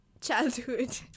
childhood